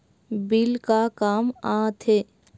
Bill का काम आ थे?